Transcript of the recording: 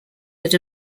that